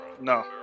No